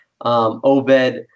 Obed